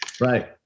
Right